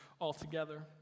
altogether